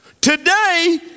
today